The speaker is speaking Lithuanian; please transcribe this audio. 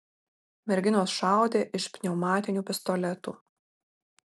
merginos šaudė iš pneumatinių pistoletų